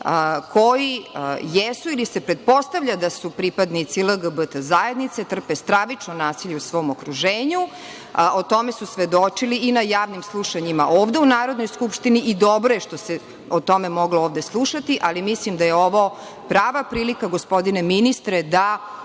koji jesu ili se pretpostavlja da su pripadnici LGBT zajednice trpe stravično nasilje u svom okruženju, a o tome su svedočili i na javnim slušanjima ovde u Narodnoj skupštini i dobro je što se o tome moglo ovde slušati, ali mislim da je ovo prava prilika, gospodine ministre, da